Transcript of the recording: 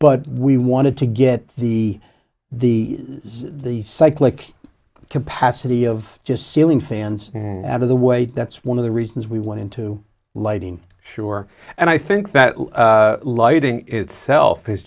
but we wanted to get the the the cyclic capacity of just ceiling fans out of the way that's one of the reasons we went into lighting sure and i think that lighting itself